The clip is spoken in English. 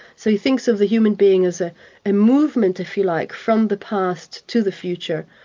so he thinks of the human being as a and movement, if you like, from the past to the future,